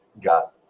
got